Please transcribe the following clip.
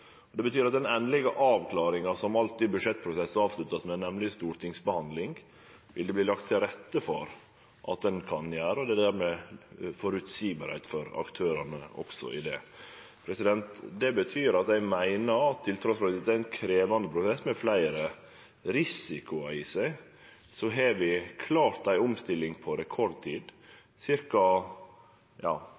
Det betyr at i den endelege avklaringa som budsjettprosessar alltid vert avslutta med, nemleg stortingsbehandling, vil det verte lagt til rette for at ein kan gjere det, og dermed er det også føreseieleg for aktørane. Det betyr at eg meiner at trass i ein relativt krevjande prosess som har fleire risikoar ved seg, har vi klart ei omstilling på rekordtid: Bortimot 1 200 personar har i dag takka ja